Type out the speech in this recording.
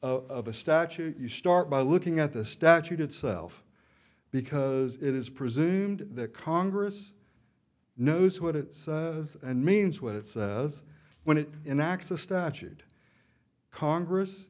of a statute you start by looking at the statute itself because it is presumed that congress knows what it says and means what it says when it enacts the statute congress